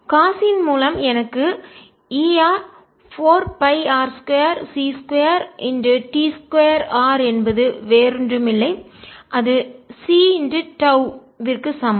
காஸின் மூலம் எனக்கு Er 4 π r2 c2 t2 r என்பது வேறு ஒன்றுமில்லை அது c τ விற்கு சமம்